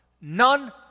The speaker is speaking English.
None